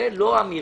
זאת לא אמירה